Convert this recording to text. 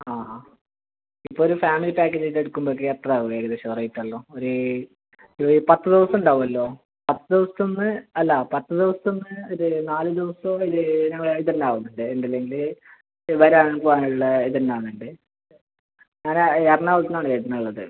ആ ഇപ്പോൾ ഒരു ഫാമിലി പാക്കേജായിട്ട് എടുക്കുമ്പോഴേക്ക് എത്ര ആവും ഏകദേശം റേറ്റ് എല്ലാം ഒരു ഒരു പത്ത് ദിവസം ഉണ്ടാവും അല്ല പത്ത് ദിവസം എന്ന് അല്ല പത്ത് ദിവസം എന്ന് ഇത് നാലഞ്ച് ദിവസം കഴിഞ്ഞ് ഞങ്ങളെ ഇത് എല്ലാം ആവുന്നുണ്ട് എന്തുണ്ടെങ്കിൽ വരാൻ പോവാൻ ഉള്ള ഇത് എല്ലാം ആവുന്നുണ്ട് ഞാൻ എറണാകുളത്തു നിന്നാണ് വരുന്നുള്ളത്